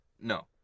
No